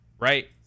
right